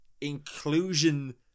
inclusion